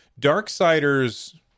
Darksiders